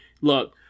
look